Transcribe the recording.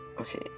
okay